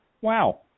Wow